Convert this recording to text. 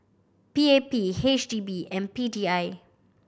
P A P H D B and P D I